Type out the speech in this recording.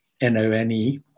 n-o-n-e